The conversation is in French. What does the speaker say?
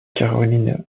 carolina